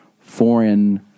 foreign